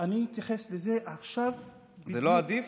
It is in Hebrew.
זה לא עדיף?